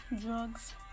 drugs